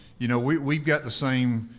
you know we've we've got the same,